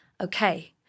okay